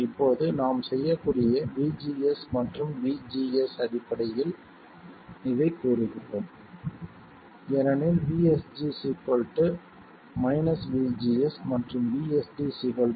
இப்போது நாம் செய்யக்கூடிய vGS மற்றும் vGS அடிப்படையில் இதைக் கூறுகிறோம் ஏனெனில் vSG vGS மற்றும் vSD vDS